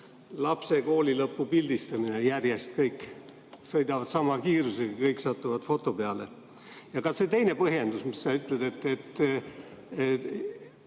lapse koolilõpu pildistamine, et järjest kõik sõidavad sama kiirusega ja kõik satuvad foto peale. Ka see teine põhjendus, mis sa ütled, et